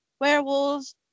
werewolves